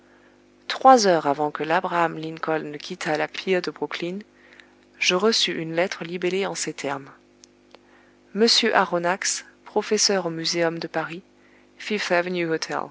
trois heures avant que labraham lincoln ne quittât la pier de brooklyn je reçus une lettre libellée en ces termes monsieur aronnax professeur au muséum de paris fifth avenue